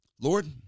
Lord